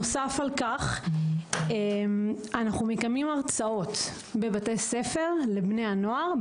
בנוסף, אנחנו מקיימים הרצאות בבתי ספר לבני הנוער.